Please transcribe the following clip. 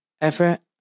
Effort